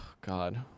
God